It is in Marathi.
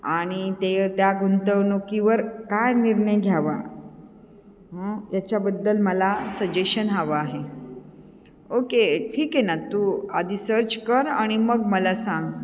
आणि ते त्या गुंतवणुकीवर काय निर्णय घ्यावा त्याच्याबद्दल मला सजेशन हवं आहे ओके ठीक आहे ना तू आधी सर्च कर आणि मग मला सांग